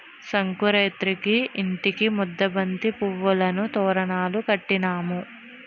సంకురేతిరికి ఇంటికి ముద్దబంతి పువ్వులను తోరణాలు కట్టినాము